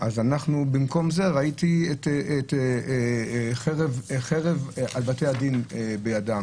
אז במקום לתמוך ראיתי חרב על בתי הדין בידם,